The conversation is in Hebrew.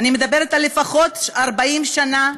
ואני מדברת על לפחות 40 שנה,